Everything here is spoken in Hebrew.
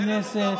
מנסור עבאס,